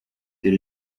dore